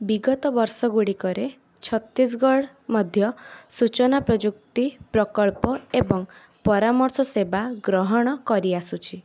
ବିଗତ ବର୍ଷ ଗୁଡ଼ିକରେ ଛତିଶଗଡ଼ ମଧ୍ୟ ସୂଚନା ପ୍ରଯୁକ୍ତି ପ୍ରକଳ୍ପ ଏବଂ ପରାମର୍ଶ ସେବା ଗ୍ରହଣ କରିଆସୁଛି